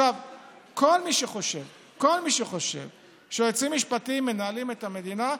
כל מי שחושב שיועצים משפטיים מנהלים את המדינה,